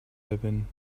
living